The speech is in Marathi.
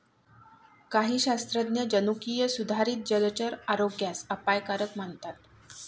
काही शास्त्रज्ञ जनुकीय सुधारित जलचर आरोग्यास अपायकारक मानतात